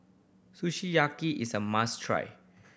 Sukiyaki is a must try